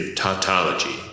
tautology